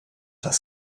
das